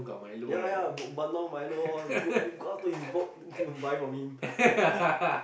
ya ya got bandung Milo all you go you go outdoor you walk you buy from him